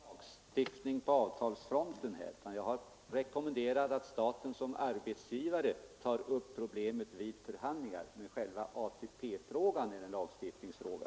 Herr talman! Jag har inte sagt att vi skall gå in med lagstiftning på avtalsfronten, utan jag har rekommenderat att staten som arbetsgivare tar upp problemet vid förhandlingar. Men själva ATP-frågan är en lagstift Nr 60